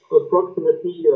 approximately